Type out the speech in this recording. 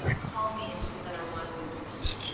called me and she said, i want to endorse you,